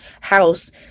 house